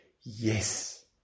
Yes